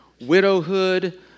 Widowhood